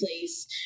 place